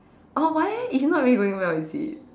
oh why it's not really going well is it